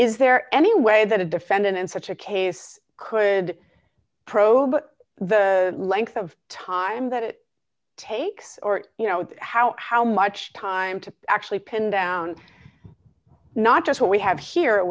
is there any way that a defendant in such a case could pro but the length of time that it takes or you know how how much time to actually pin down not just what we have here